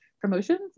promotions